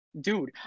dude